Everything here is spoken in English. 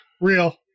Real